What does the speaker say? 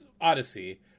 Odyssey